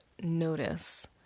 notice